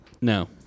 No